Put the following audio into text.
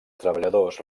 treballadors